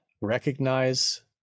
recognize